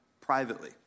privately